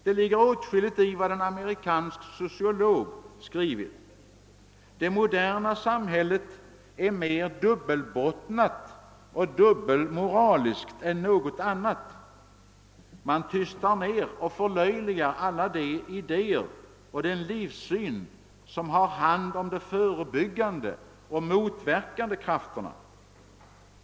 Det ligger åtskilligt i vad en amerikansk sociolog skrivit: »Det moderna samhället är mer dubbelbottnat och dubbelmoraliskt än något annat. Man tystar ner och förlöjligar alla de idéer och den livssyn som har hand om de förebyggande och motverkande krafterna.